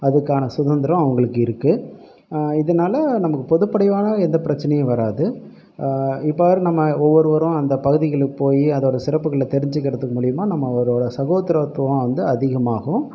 அதுக்கான சுதந்திரம் அவர்களுக்கு இருக்குது இதனால் நமக்கு பொதுப்படையான எந்த பிரச்சினையும் வராது இவ்வாறு நம்ம ஒவ்வொருவரும் அந்த பகுதிகளுக்கு போய் அதோட சிறப்புகளை தெரிஞ்சுக்கிறது மூலயமா நம்ம ஒவ்வொருவரோட சகோதரத்துவம் வந்து அதிகமாகும்